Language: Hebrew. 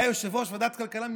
היה יושב-ראש ועדת כלכלה מכם,